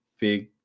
big